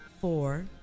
four